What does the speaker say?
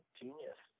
genius